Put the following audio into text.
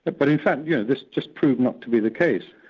but but in fact yeah this just proved not to be the case.